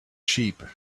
sheep